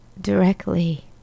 directly